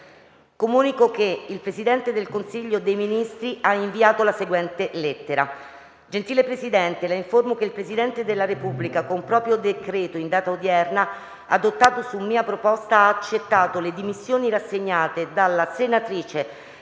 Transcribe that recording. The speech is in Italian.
Comunico che il Presidente del Consiglio dei ministri ha inviato la seguente lettera: